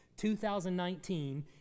2019